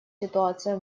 ситуация